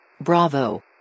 Bravo